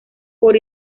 por